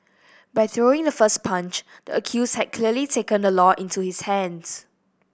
by throwing the first punch the accused had clearly taken the law into his hands